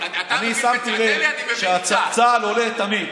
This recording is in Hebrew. אני שמתי לב שצה"ל עולה תמיד,